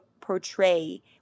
portray